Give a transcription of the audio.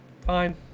Fine